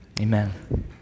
amen